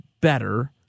Better